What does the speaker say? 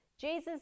jesus